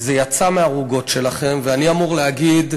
זה יצא מהערוגות שלכם, ואני אמור להגיד: